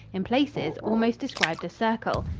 in places, almost described a circle.